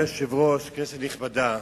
אדוני היושב-ראש, כנסת נכבדה,